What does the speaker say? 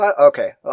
Okay